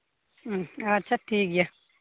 ᱟᱪᱪᱷᱟ ᱴᱷᱤᱠ ᱜᱮᱭᱟ